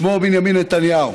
שמו בנימין נתניהו.